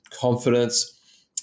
confidence